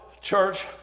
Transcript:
church